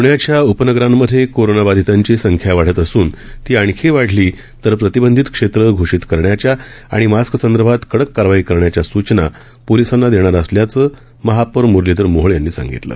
पृण्याच्या उपनगरांमध्येही कोरोनाबाधितांची संख्या वाढत असून ती आणखी वाढली तर प्रतिबंधित क्षेत्र घोषित करण्याच्या आणि मास्कसंदर्भात कडक कारवाई करण्याच्या सुचना पोलिसांना देणार असल्याचं महापौर मुरलीधर मोहोळ यांनी सांगितल